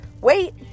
wait